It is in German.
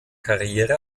karriere